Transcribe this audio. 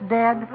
dead